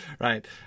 right